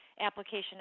application